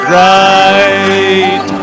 right